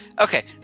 Okay